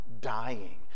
dying